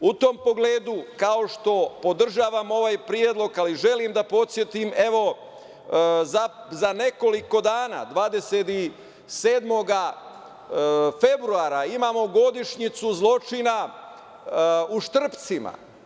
U tom pogledu, kao što podržavam ovaj predlog, želim da podsetim, evo, za nekoliko dana, 27. februara imamo godišnjicu zločina u Štrpcima.